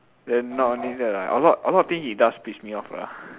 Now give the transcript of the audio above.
then not only that lah a lot a lot of thing he does piss me off lah